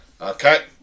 Okay